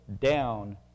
down